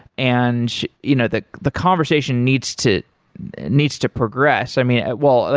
and you know the the conversation needs to needs to progress. i mean, well, ah